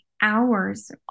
hours